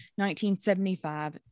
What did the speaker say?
1975